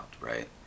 right